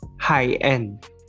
high-end